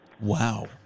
Wow